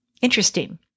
Interesting